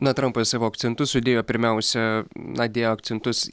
na trampas savo akcentus sudėjo pirmiausia na dėjo akcentus